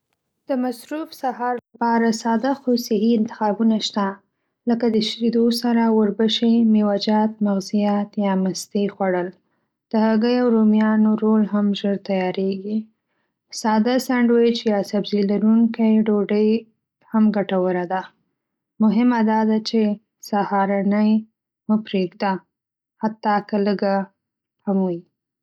د مصروف سهار لپاره ساده خو صحي انتخابونه شته. لکه د شیدو سره وربشې، مېوه‌جات، مغزیات یا مستې خوړل. د هګۍ او رومیانو رول هم ژر تیارېږي. ساده سینډویچ یا سبزي لرونکی ډوډۍ هم ګټوره ده. مهمه دا ده چې سهارنۍ مه پرېږده، حتی که لږه هم وي.